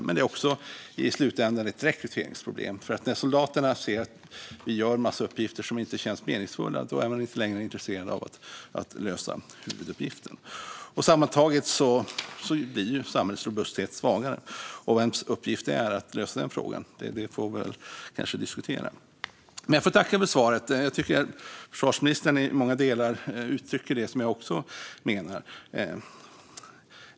Men det är också i slutänden ett rekryteringsproblem, för när soldaterna ser att de gör en massa uppgifter som inte känns meningsfulla är de inte längre intresserade av att lösa huvuduppgiften. Sammantaget blir samhällets robusthet svagare. Vems uppgift det är att lösa den frågan får vi kanske diskutera. Men jag får tacka för svaret. Jag tycker att försvarsministern i många delar uttrycker det som jag också menar.